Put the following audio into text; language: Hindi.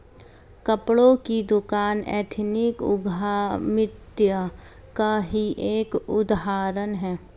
कपड़ों की दुकान एथनिक उद्यमिता का ही एक उदाहरण है